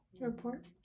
report